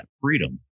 freedom